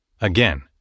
Again